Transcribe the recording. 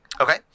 okay